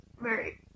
Mary